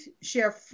share